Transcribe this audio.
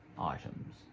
items